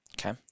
Okay